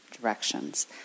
directions